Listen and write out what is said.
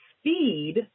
speed